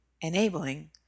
enabling